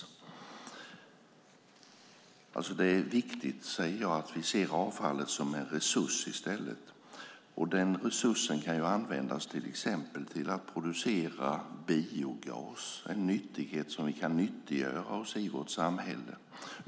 Det är viktigt att vi ser avfallet som en resurs. Denna resurs kan användas till att till exempel producera biogas som är en nyttighet för vårt samhälle.